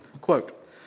Quote